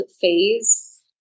phase